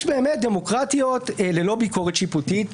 יש דמוקרטיות ללא ביקורת שיפוטית,